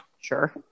Sure